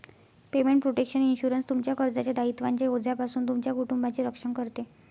payment protection insurance, तुमच्या कर्जाच्या दायित्वांच्या ओझ्यापासून तुमच्या कुटुंबाचे रक्षण करते